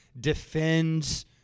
defends